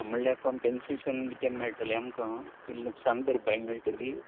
म्हणल्यार कम्पेसेशन कितें मेळटले आमकां म्हणल्यार लुकसाण भरपाय मेळटली